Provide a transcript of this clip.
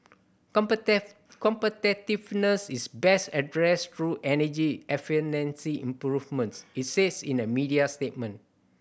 competitiveness is best addressed through energy efficiency improvements it said in a media statement